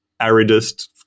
Aridist